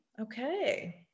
Okay